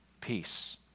peace